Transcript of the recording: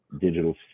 digital